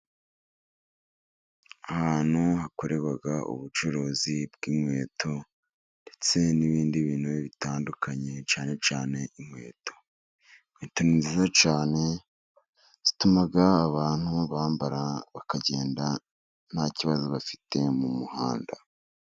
Ahantu hakorerwa ubucuruzi bw'inkweto ndetse n'ibindi bintu bitandukanye cyane cyane inkweto. Inkweto ni nziza cyane, zatuma abantu bambara bakagenda nta kibazo bafite mu muhanda.